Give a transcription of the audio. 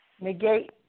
negate